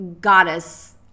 goddess